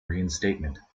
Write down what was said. reinstatement